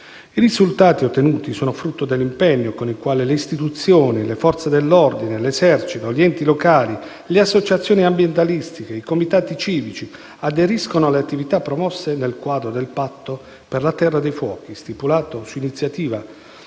I risultati ottenuti sono frutto dell'impegno con il quale le istituzioni, le Forze dell'ordine, l'Esercito, gli enti locali, le associazioni ambientaliste e i comitati civici aderiscono alle attività promosse nel quadro del patto per la terra dei fuochi, stipulato su iniziativa